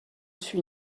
suis